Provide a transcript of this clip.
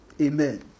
Amen